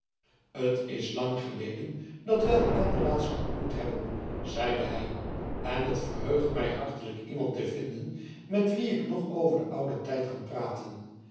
t is lang geleden dat wij elkander laatst ontmoet hebben zeide hij en het verheugt mij hartelijk iemand te vinden met wien ik nog over den ouden tijd kan praten